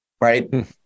Right